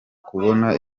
kubona